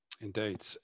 Indeed